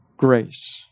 Grace